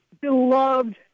beloved